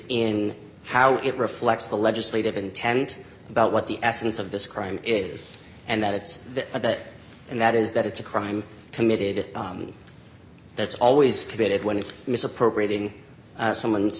in how it reflects the legislative intent about what the essence of this crime is and that it's that and that is that it's a crime committed that's always committed when it's misappropriating someone's